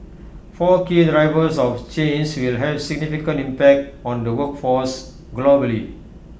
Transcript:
four key drivers of change will have significant impact on the workforce globally